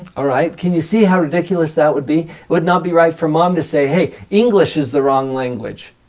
alright? can you see how ridiculous that would be? would not be right for mom to say, hey, english is the wrong language.